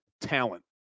talent